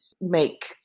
make